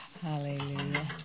Hallelujah